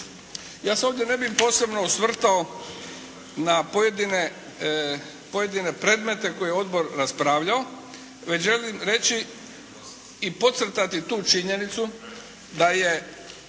Ja se ovdje ne bih posebno osvrtao na pojedine predmete koje je odbor raspravljao, već želim reći i podcrtati tu činjenicu da je